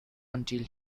until